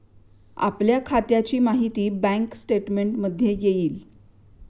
आपल्या खात्याची माहिती बँक स्टेटमेंटमध्ये येईल